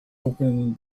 open